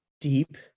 deep